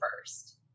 first